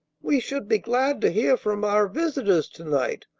we should be glad to hear from our visitors to-night.